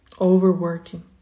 Overworking